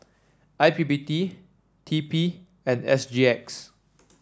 I P P T T P and S G X